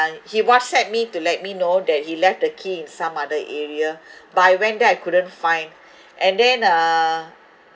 he whatsapp me to let me know that he left the key in some other area but I went there I couldn't find and then uh